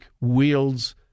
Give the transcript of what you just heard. wields